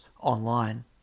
online